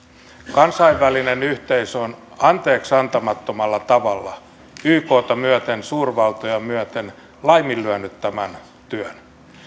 kansainvälinen yhteisö on anteeksiantamattomalla tavalla ykta myöten suurvaltoja myöten laiminlyönyt tämän työn